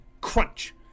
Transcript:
crunch